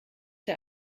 der